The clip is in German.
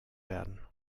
werden